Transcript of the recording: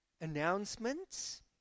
announcements